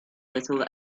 little